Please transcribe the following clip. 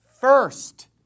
first